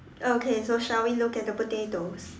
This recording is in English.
okay so shall we look at the potatoes